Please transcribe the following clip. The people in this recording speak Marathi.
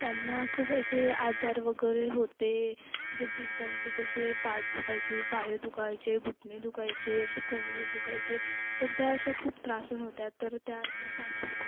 त्यांना खूप असे आजार वगैरे होते जे की त्यांचे तसे पाठ दुखायचे पाय दुखायचे घुटणे दुखायचे असे टोंगडे दुखायचे तर त्या अशा खूप त्रासून होत्या तर त्या अशा सांगत होत्या